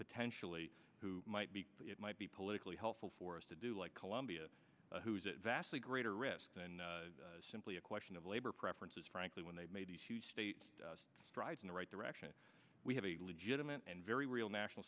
potentially who might be it might be politically helpful for us to do like colombia who's a vastly greater risk than simply a question of labor preferences frankly when they made these huge states strides in the right direction we have a legitimate and very real national